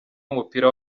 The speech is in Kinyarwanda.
w’umupira